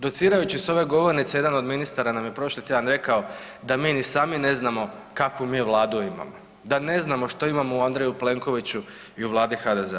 Docirajući s ove govornice jedan od ministara nam je prošli tjedan rekao da mi ni sami ne znamo kakvu mi vladu imamo, da ne znamo što imamo u Andreju Plenkoviću i u Vladi HDZ-a.